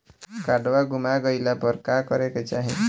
काडवा गुमा गइला पर का करेके चाहीं?